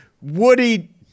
Woody